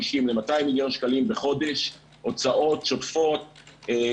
ל-200 מיליון שקלים בחודש הוצאות שוטפות,